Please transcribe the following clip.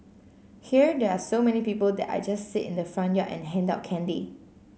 here there are so many people that I just sit in the front yard and hand out candy